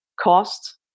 cost